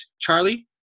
charlie